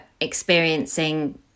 experiencing